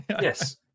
Yes